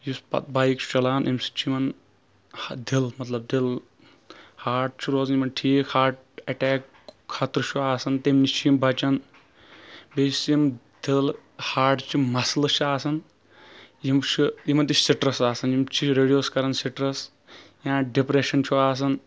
یُس بایک چھُ چلاوان اَمہِ سۭتۍ چھُ یِوان دِل مطلب دل ہاٹ چھُ روزان یِمن ٹھیٖک ہاٹ ایٚٹیکُک خَطرٕ چھُ آسان تمہِ نِش چھِ یِم بَچان بیٚیہِ چھِ یِم دِل ہاٹچہِ مَسلہٕ چھِ آسان یِم چھِ یِمن تہِ چھُ سِٹرس آسان یِم چھِ رِڈوٗس کران سِٹرس یا ڈِپریٚشن چھُ آسان